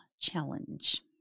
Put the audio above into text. Challenge